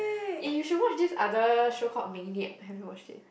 eh you should watch this other show called Maniac have you watched it